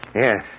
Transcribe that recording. Yes